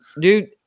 dude